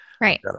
Right